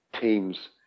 teams